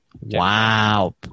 Wow